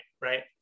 right